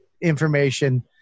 information